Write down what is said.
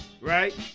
right